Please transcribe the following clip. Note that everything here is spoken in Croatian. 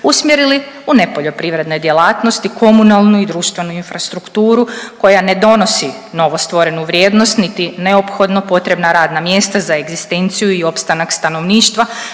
usmjerili u nepoljoprivredne djelatnosti, komunalnu i društvenu infrastrukturu koja ne donosi novostvorenu vrijednost, niti neophodno potrebna radna mjesta za egzistenciju i opstanak stanovništva,